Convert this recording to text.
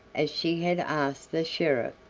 as she had asked the sheriff,